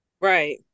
Right